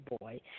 Boy